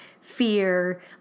fear